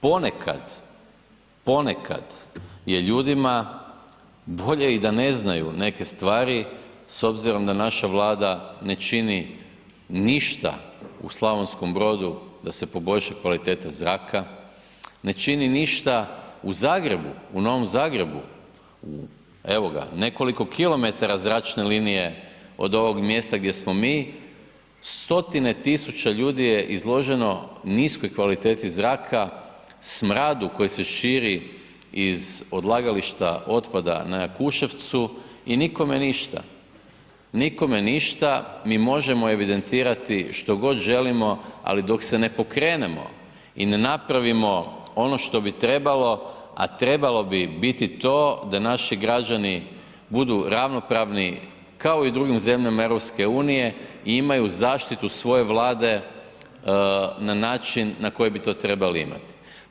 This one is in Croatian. Ponekad je ljudima bolje i da ne znaju neke stvari s obzirom da naša Vlada ne čini ništa u Slavonskom Brodu da se poboljša kvaliteta zraka, ne čini ništa u Zagrebu, u Novom Zagrebu u, evo ga, nekoliko kilometara zračne linije od ovog mjesta gdje smo mi, stotine tisuća ljudi je izloženo niskoj kvaliteti zraka, smradu koji se širi iz odlagališta otpada na Jakuševcu i nikome ništa, nikome ništa, mi možemo evidentirati što god želimo, al dok se ne pokrenemo i ne napravimo ono što bi trebalo, a trebalo bi biti to da naši građani budu ravnopravni kao i u drugim zemljama EU i imaju zaštitu svoje Vlade na način na koji bi to trebali imati.